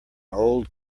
old